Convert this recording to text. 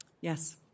Yes